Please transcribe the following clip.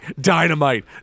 dynamite